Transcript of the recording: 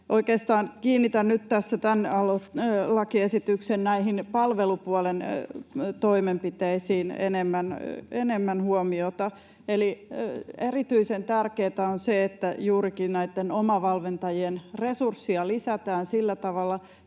kiinnitän nyt tämän lakiesityksen näihin palvelupuolen toimenpiteisiin enemmän huomiota, eli erityisen tärkeätä on se, että juurikin näitten omavalmentajien resurssia, ja myös koulutusta